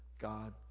God